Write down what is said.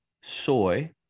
soy